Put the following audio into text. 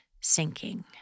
sinking